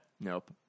Nope